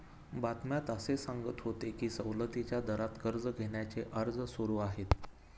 बातम्यात असे सांगत होते की सवलतीच्या दरात कर्ज घेण्याचे अर्ज सुरू आहेत